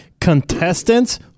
Contestants